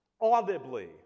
audibly